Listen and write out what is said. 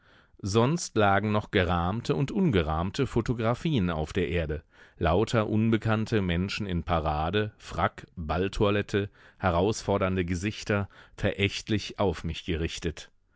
sonst lagen noch gerahmte und ungerahmte photographien auf der erde lauter unbekannte menschen in parade frack balltoilette herausfordernde gesichter verächtlich auf mich gerichtet